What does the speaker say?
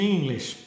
English